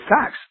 facts